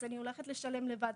אז אני הולכת לשלם לבד.